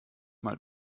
mal